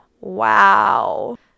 Wow